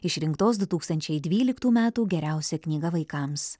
išrinktos du tūkstančiai dvyliktų metų geriausia knyga vaikams